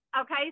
Okay